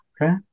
okay